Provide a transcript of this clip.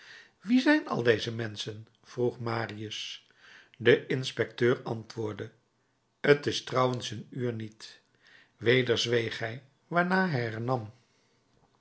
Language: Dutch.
wie zijn al deze menschen vroeg marius de inspecteur antwoordde t is trouwens hun uur niet weder zweeg hij waarna hij